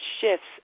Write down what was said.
shifts